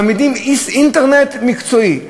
מעמידים איש אינטרנט מקצועי.